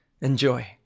Enjoy